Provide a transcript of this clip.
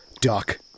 Doc